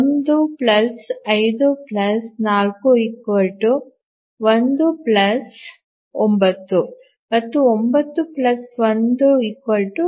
1 5 4 1 9 ಮತ್ತು 9 1 10